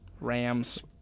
Rams